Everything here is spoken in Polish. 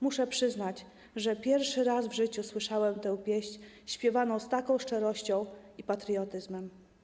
Muszę przyznać, że pierwszy raz w życiu słyszałem tę pieść śpiewaną z taką szczerością i patriotyzmem”